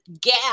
gap